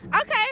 Okay